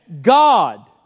God